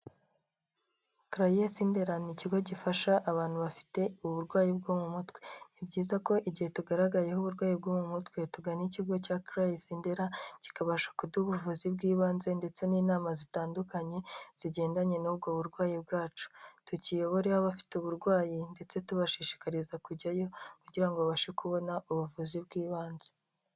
Karayesi ndera ni ikigo gifasha abantu bafite uburwayi bwo mu mutwe, ni byiza ko igihe tugaragayeho uburwayi bwo mu mutwe tugana ikigo cya karayesi ndera kikabasha kuduha ubuvuzi bw'ibanze ndetse n'inama zitandukanye zigendanye n'ubwo burwayi bwacu, tukiyoboreho aba bafite uburwayi ndetse tubashishikariza kujyayo kugira babashe kubona ubuvuzi bw'ibanze